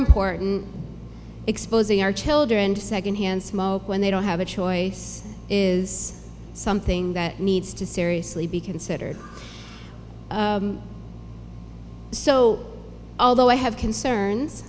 important exposing our children to secondhand smoke when they don't have a choice is something that needs to seriously be considered so although i have concerns